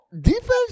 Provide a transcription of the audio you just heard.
defense